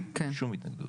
שום התנגדות.